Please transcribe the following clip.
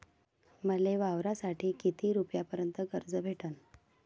मले वावरासाठी किती रुपयापर्यंत कर्ज भेटन?